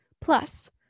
Plus